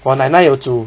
我奶奶有煮